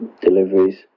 deliveries